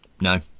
No